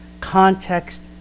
context